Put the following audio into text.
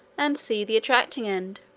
and c the attracting end,